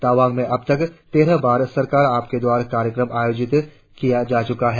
तावांग में अब तक तेरह बार सरकार आपके द्वार कार्यक्रम आयोजित किया जा चुका है